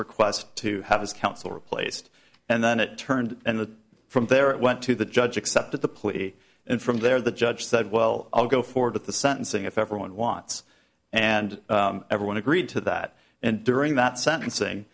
request to have his counsel replaced and then it turned and from there it went to the judge accepted the plea and from there the judge said well i'll go forward with the sentencing if everyone wants and everyone agreed to that and during that sentencing